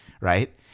right